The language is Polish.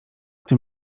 tym